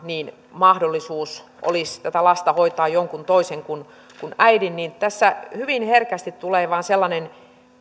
mahdollisuus olisi tätä lasta hoitaa jonkun toisen kuin äidin niin tässä vain hyvin herkästi tulee sellainen